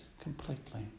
completely